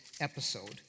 episode